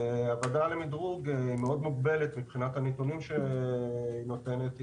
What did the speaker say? והוועדה למדרוג מוגבלת מאוד מבחינת הנתונים שהיא נותנת,